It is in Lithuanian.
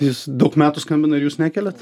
jis daug metų skambina ir jūs nekeliat